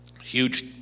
huge